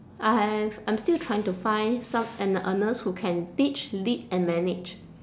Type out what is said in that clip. I have I'm still trying to find some an a nurse who can teach lead and manage